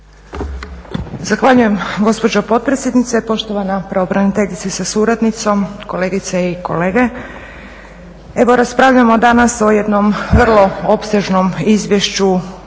Zahvaljujem gospođo potpredsjednice, poštovana pravobraniteljice sa suradnicom, kolegice i kolege. Evo raspravljamo danas o jednom vrlo opsežnom izvješću